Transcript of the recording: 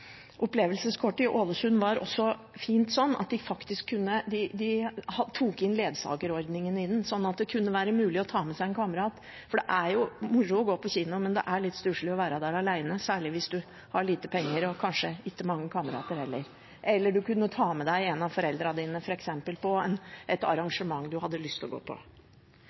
Opplevelseskortet i Ålesund var også fint fordi de tok inn ledsagerordningen i den, sånn at det kunne være mulig å ta med seg en kamerat – for det er moro å gå på kino, men det er litt stusslig å være der alene, særlig hvis man har lite penger og kanskje ikke mange kamerater heller. Eller man kunne f.eks. ta med seg en av foreldrene sine på et arrangement man hadde lyst til å gå på.